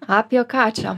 apie ką čia